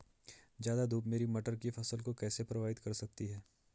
ज़्यादा धूप मेरी मटर की फसल को कैसे प्रभावित कर सकती है?